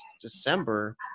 December